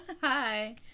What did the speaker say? Hi